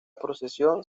procesión